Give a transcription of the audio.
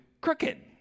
crooked